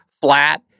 flat